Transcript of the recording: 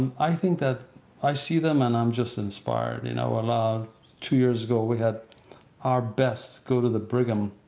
i think that i see them and i'm just inspired. you know about two years ago we had our best go to the brigham,